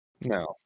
No